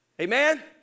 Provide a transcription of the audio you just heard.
Amen